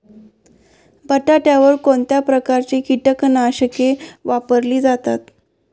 बटाट्यावर कोणत्या प्रकारची कीटकनाशके वापरली जातात?